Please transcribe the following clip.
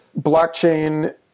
blockchain